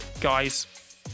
guys